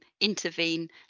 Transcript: intervene